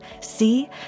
See